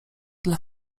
dla